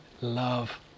love